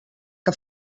que